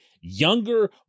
younger